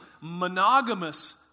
Monogamous